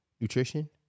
nutrition